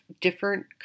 different